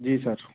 जी sir